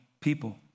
people